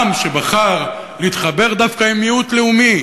את העם שבחר להתחבר דווקא עם מיעוט לאומי